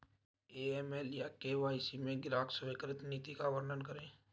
AML या KYC में ग्राहक स्वीकृति नीति का वर्णन करें?